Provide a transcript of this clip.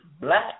Black